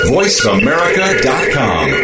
VoiceAmerica.com